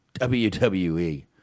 WWE